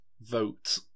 vote